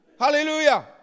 Hallelujah